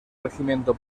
regimiento